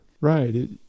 Right